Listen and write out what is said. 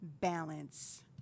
balance